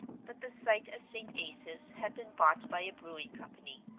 but the site of st. asaph's had been bought by a brewing company,